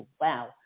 wow